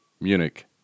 Munich